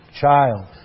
child